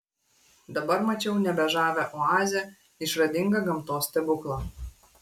dabar mačiau nebe žavią oazę išradingą gamtos stebuklą